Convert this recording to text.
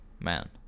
Man